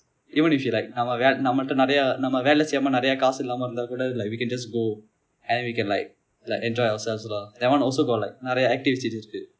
even if you like நம்ம நம்மட்ட நிரைய நம்ம வேலை செய்யாமல் நிரைய இல்லாமயிருந்தா கூட:namma nammatta niraiya namma velai seiyaamal niraiya kaasu illaamairunthaa kuda like we can just go and then we can like like enjoy ourselves lah that one also got like நிரைய:niraiya activities இருக்கு:iruku